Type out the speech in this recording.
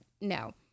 no